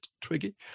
twiggy